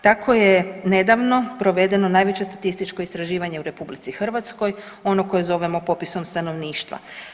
Tako je nedavno provedeno najveće statističko istraživanje u RH ono koje zovemo popisom stanovništva.